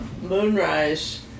Moonrise